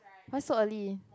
why so early